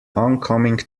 oncoming